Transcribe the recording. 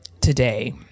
today